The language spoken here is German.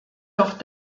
doch